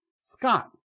Scott